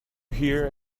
hear